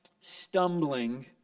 stumbling